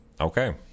okay